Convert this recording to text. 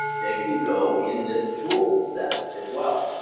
they can go in this tool step as well.